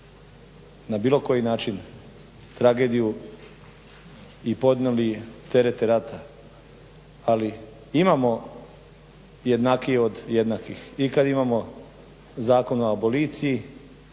na bilo koji način tragediju i podnijeli terete rata, ali imamo jednakije od jednakih i kad imamo Zakon o aboliciji